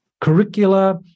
curricula